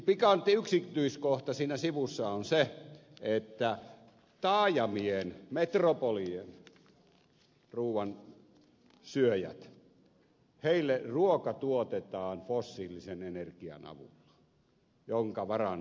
pikantti yksityiskohta siinä sivussa on se että taajamien metropolien ruuansyöjille ruoka tuotetaan fossiilisen energian avulla jonka varannot ehtyvät